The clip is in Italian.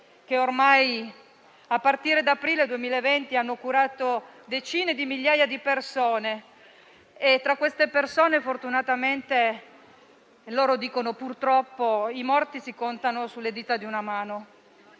che ormai, a partire da aprile 2020, hanno curato decine di migliaia di persone. Tra queste persone fortunatamente - loro dicono purtroppo - i morti si contano sulle dita di una mano.